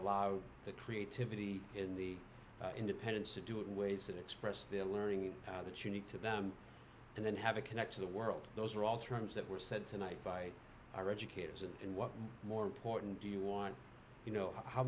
allow the creativity in the independence to do it in ways that express their learning that unique to them and then have a connect to the world those are all terms that were said tonight by our educators and what more important do you want you know how